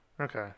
okay